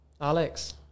Alex